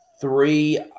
three